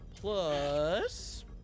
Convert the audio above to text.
plus